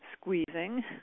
squeezing